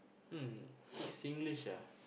mm it's Singlish ah